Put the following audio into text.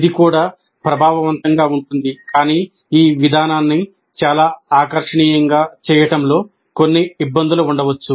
ఇది కూడా ప్రభావవంతంగా ఉంటుంది కానీ ఈ విధానాన్ని చాలా ఆకర్షణీయంగా చేయడంలో కొన్ని ఇబ్బందులు ఉండవచ్చు